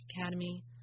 Academy